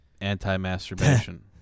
anti-masturbation